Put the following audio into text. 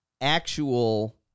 actual